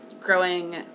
growing